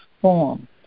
form